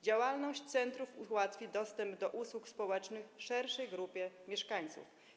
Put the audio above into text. Działalność centrów ułatwi dostęp do usług społecznych szerszej grupie mieszkańców.